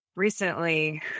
Recently